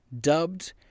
dubbed